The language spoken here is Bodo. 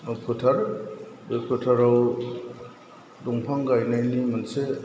ओह फोथार बे फोथाराव दंफां गायनायनि मोनसे